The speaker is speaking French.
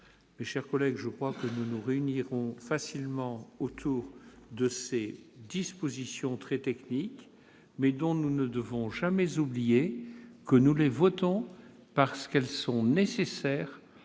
Mes chers collègues, je crois que nous nous retrouverons facilement autour de ces dispositions très techniques. Nous ne devons jamais oublier que nous les votons parce qu'elles sont nécessaires